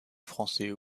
français